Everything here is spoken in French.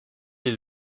est